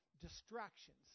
distractions